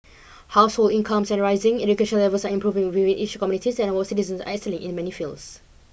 household incomes and rising education levels are improving within each communities and our citizens are excelling in many fields